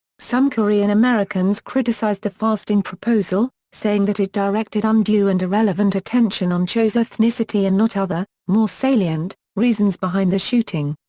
some korean americans criticized the fasting proposal, saying that it directed undue and irrelevant attention on cho's ethnicity and not other, more salient, reasons behind the shooting.